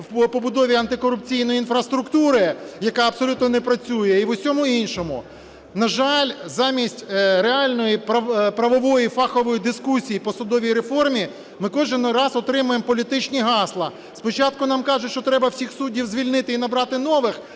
в побудові антикорупційної інфраструктури, яка абсолютно не працює, і в усьому іншому. На жаль, замість реальної правової фахової дискусії по судовій реформі ми кожен раз отримуємо політичні гасла. Спочатку нам кажуть, що треба всіх суддів звільнити і набрати нових,